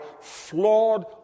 flawed